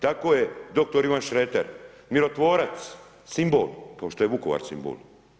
Tako je dr. Ivan Šreter, mirotvorac, simbol, kao što je Vukovar simbol.